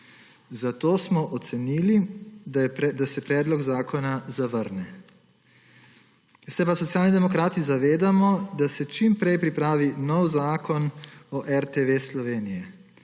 Zato smo ocenili, da se predlog zakona zavrne. Se pa Socialni demokrati zavedamo, da se čim prej pripravi nov zakon o RTV Slovenija.